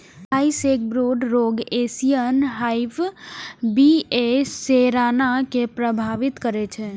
Thai sacbrood रोग Asian hive बी.ए सेराना कें प्रभावित करै छै